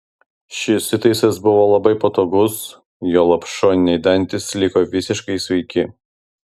šis įtaisas buvo labai patogus juolab šoniniai dantys liko visiškai sveiki